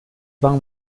van